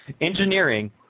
engineering